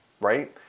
right